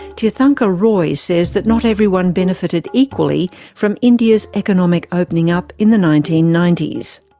tirthankar roy says that not everyone benefitted equally from india's economic opening up in the nineteen ninety s.